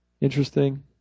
interesting